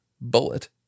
Bullet